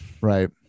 Right